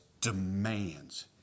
demands